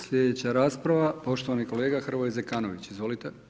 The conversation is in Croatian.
Sljedeća rasprava, poštovani kolega Hrvoje Zekanović, izvolite.